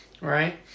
right